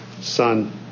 Son